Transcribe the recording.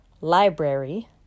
library